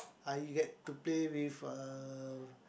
I get to play with uh